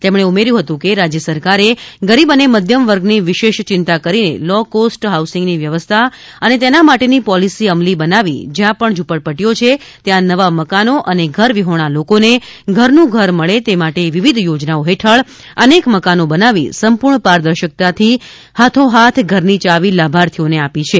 તેમણે ઉમેર્યું હતું કે રાજ્ય સરકારે ગરીબ અને મધ્યમવર્ગની વિશેષ ચિંતા કરીને લો કોસ્ટ હાઉસિંગની વ્યવસ્થા અને તેના માટેની પોલીસી અમલી બનાવી જ્યાં પણ ઝપડપટ્ટીઓ છે ત્યાં નવા મકાનો અને ઘર વિહોણા લોકોને ઘરનું ઘર મળે તે માટે વિવિધ યોજનાઓ હેઠળ અનેક મકાનો બનાવી સંપૂર્ણ પારદર્શકતાથી હાથોહાથ ઘરની ચાવી લાભાર્થીઓને આપી છે